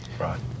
Right